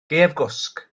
gaeafgwsg